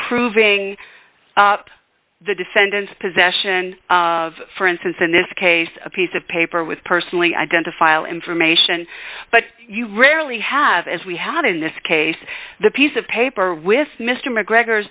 proving the defendant's possession of for instance in this case a piece of paper with personally identifiable information but you rarely have as we had in this case the piece of paper with mr mcgregor